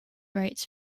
rates